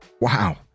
wow